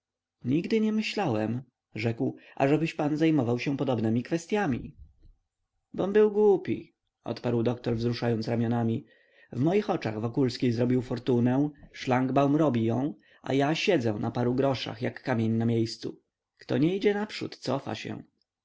nigdy nie myślałem rzekł ażebyś pan zajmował się podobnemi kwestyami bom był głupi odparł doktor wzruszając ramionami w moich oczach wokulski zrobił fortunę szlangbaum robi ją a ja siedzę na paru groszach jak kamień na miejscu kto nie idzie naprzód cofa się